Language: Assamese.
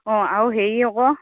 অঁ আৰু হেৰি আকৌ